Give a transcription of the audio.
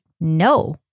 no